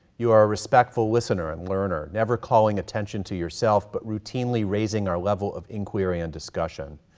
you are a respectful listener and learner, never calling attention to yourself, but routinely raising our level of inquiry and discussion.